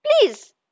Please